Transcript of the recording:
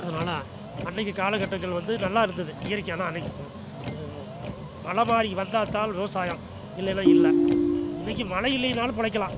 அதனால் அன்னைக்கு காலகட்டங்கள் வந்து நல்லா இருந்தது இயற்கையான அனைத்தும் எதுவும் மழை மாரி வந்தாதால் விவசாயம் இல்லைனா இல்லை இன்னைக்கு மழை இல்லைனாலும் பிலைக்கலாம்